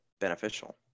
beneficial